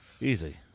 Easy